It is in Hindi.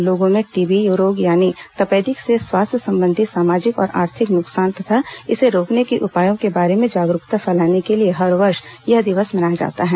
लोगों में टीबी रोग यानि तपेदिक से स्वास्थ्य संबंधी सामाजिक और आर्थिक नुकसान तथा इसे रोकने के उपायों के बारे में जागरूकता फैलाने के लिए हर वर्ष यह दिवस मनाया जाता है